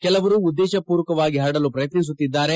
ಕೆಲವರು ಉದ್ದೇಶ ಪೂರ್ವಕವಾಗಿ ಹರಡಲು ಪ್ರಯತ್ನಿಸುತ್ತಿದ್ದಾರೆ